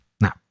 Now